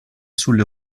sulle